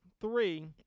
three